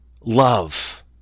love